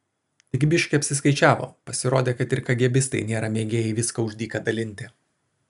tik biški apsiskaičiavo pasirodė kad ir kagėbistai nėra mėgėjai viską už dyką dalinti